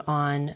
on